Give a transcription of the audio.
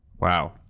Wow